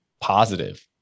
positive